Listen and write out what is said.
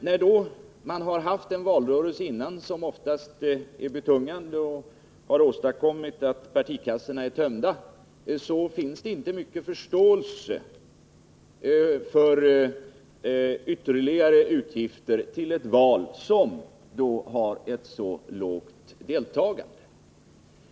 När man just avverkat en oftast betungande valrörelse och partikassorna är tömda finns det inte mycket förståelse för ytterligare utgifter för ett val som så få deltar i.